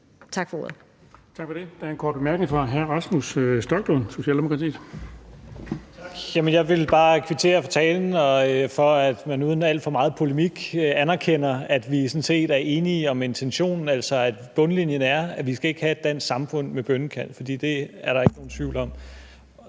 Tak for ordet.